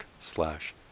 slash